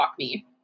WalkMe